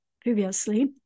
previously